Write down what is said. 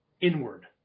inward